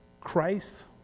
Christ